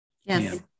yes